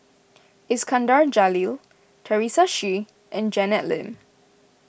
Iskandar Jalil Teresa Hsu and Janet Lim